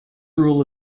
rule